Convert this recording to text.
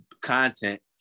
content